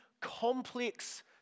complex